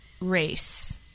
race